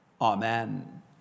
Amen